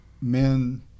men